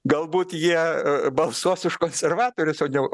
galbūt jie balsuos už konservatorius o ne